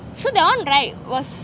so that one right was